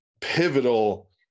pivotal